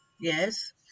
Yes